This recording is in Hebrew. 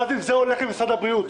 ואז זה הולך למשרד הבריאות.